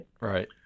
Right